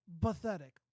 Pathetic